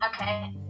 okay